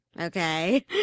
Okay